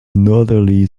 northerly